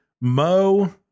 Mo